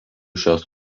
šios